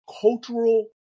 cultural